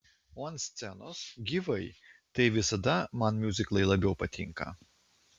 o ant scenos gyvai tai visada man miuziklai labiau patinka